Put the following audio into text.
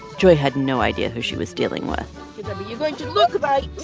joy had no idea who she was dealing with you're going to look right.